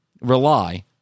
rely